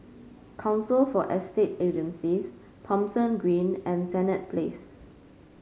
Council for Estate Agencies Thomson Green and Senett Place